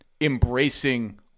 embracing